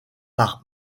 par